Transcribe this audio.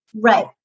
Right